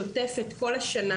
שוטפת כל השנה,